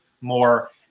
more